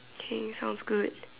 okay sounds good